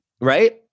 right